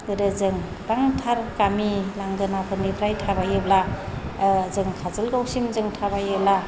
गोदो जों गोबांथार गामि लांगोनाफोरनिफ्राय थाबायोब्ला जों खाजोलगावसिम थाबायोब्ला